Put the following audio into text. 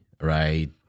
right